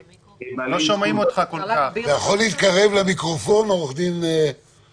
ואני אשמח מאוד אם הוא יוכל לעבור לכלל חברי הוועדה,